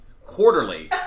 quarterly